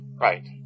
Right